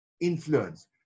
influence